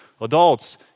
adults